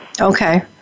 Okay